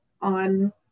on